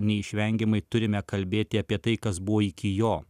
neišvengiamai turime kalbėti apie tai kas buvo iki jo